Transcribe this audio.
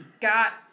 got